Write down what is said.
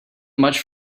much